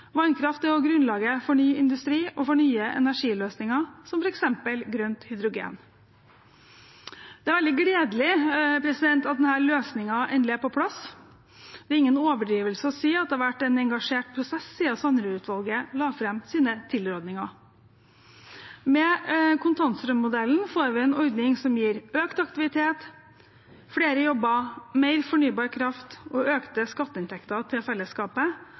Vannkraft er også grunnlaget for ny industri og for nye energiløsninger, som f.eks. grønt hydrogen. Det er veldig gledelig at denne løsningen endelig er på plass. Det er ingen overdrivelse å si at det har vært en engasjert prosess siden Sanderud-utvalget la fram sine tilrådinger. Med kontantstrømmodellen får vi en ordning som gir økt aktivitet, flere jobber, mer fornybar kraft og økte skatteinntekter til fellesskapet,